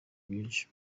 byinshi